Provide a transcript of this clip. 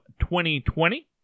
2020